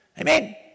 Amen